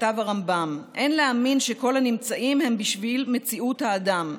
כתב הרמב"ם: "אין להאמין שכל הנמצאים הם בשביל מציאות האדם,